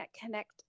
connect